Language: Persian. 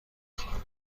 خواهم